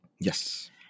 Yes